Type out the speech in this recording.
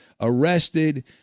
arrested